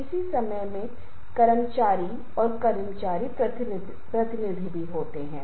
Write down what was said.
इसलिए मैं यह नहीं कहूंगा कि कौन सा सबसे अच्छा है